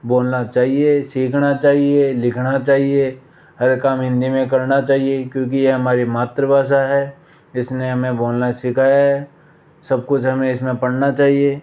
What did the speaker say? बोलना चाहिए सीखना चाहिए लिखना चाहिए हर काम हिंदी में करना चाहिए क्योंकि ये हमारी मातृ भाषा है इस ने हमें बोलना सिखाया है सब कुछ हमें इस में पढ़ना चाहिए